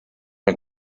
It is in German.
ein